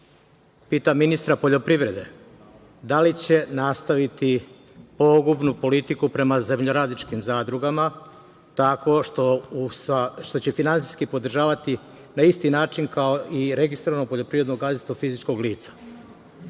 Pitam, ministra poljoprivrede, da li će nastaviti pogubnu politiku prema zemljoradničkim zadrugama tako što će finansijski podržavati na isti način kao i registrovano poljoprivredno gazdinstvo fizičkog